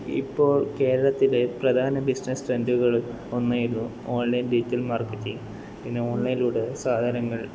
ഇപ്പോൾ കേരളത്തിലെ പ്രധാന ബിസിനസ്സ് ട്രെൻഡുകൾ ഒന്നായിരുന്നു ഓൺലൈൻ ഡിജിറ്റൽ മാർക്കറ്റിംഗ് പിന്നെ ഓൺലൈനിലൂടെ സാധനങ്ങൾ